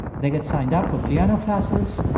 they get signed up for piano classes,